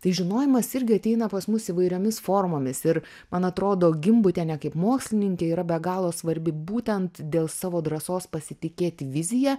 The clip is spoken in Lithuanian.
tai žinojimas irgi ateina pas mus įvairiomis formomis ir man atrodo gimbutienė kaip mokslininkė yra be galo svarbi būtent dėl savo drąsos pasitikėt vizija